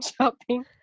shopping